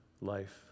life